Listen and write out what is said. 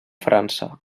frança